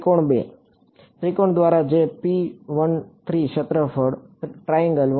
ત્રિકોણ 2 ત્રિકોણ દ્વારા જે ક્ષેત્રફળ બરાબર છે